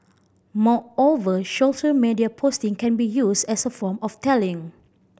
moreover shorter media posting can be used as a form of tallying